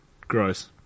gross